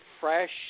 fresh